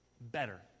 better